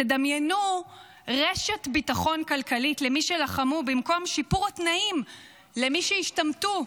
דמיינו רשת ביטחון כלכלית למי שלחמו במקום שיפור התנאים למי שהשתמטו,